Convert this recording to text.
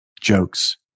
jokes